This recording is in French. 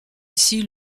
ici